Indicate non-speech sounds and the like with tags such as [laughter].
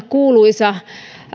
[unintelligible] kuuluisalta